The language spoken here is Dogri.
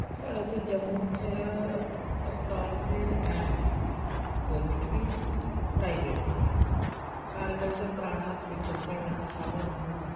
साढ़े इत्थै जम्मू च अस्पताल ते हैन गौरमैंट बी हैन प्राइवेट बी हैन सारें कोला ते पराना अस्पताल साढ़ा इत्थै शालामार होंदा